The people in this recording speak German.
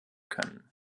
können